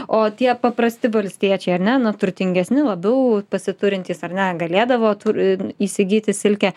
o tie paprasti valstiečiai ar ne na turtingesni labiau pasiturintys ar negalėdavo tur įsigyti silkę